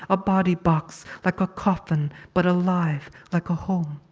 a body-box, like a coffin, but alive, like a home.